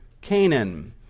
Canaan